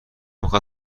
میخاد